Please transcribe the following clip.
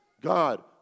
God